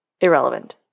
irrelevant